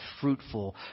fruitful